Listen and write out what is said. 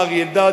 אריה אלדד,